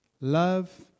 love